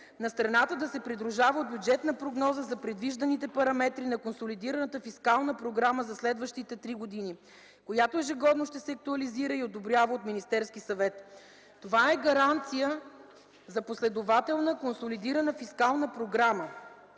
на страната да се придружава от бюджетна прогноза за предвижданите параметри на консолидираната фискална програма за следващите три години, която ежегодно ще се актуализира и одобрява от Министерския съвет. Това е гаранция за последователна консолидирана фискална програма,